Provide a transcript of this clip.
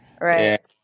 Right